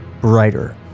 brighter